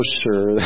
sure